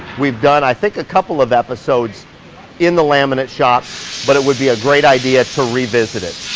we've done i think a couple of episodes in the laminate shop but it would be a great idea to revisit it.